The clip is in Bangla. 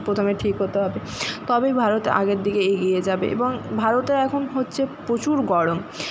প্রথমে ঠিক হতে হবে তবেই ভারত আগের দিকে এগিয়ে যাবে এবং ভারতে এখন হচ্ছে প্রচুর গরম